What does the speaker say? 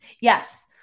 Yes